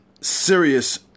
serious